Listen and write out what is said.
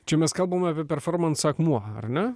čia mes kalbam apie performansą akmuo ar ne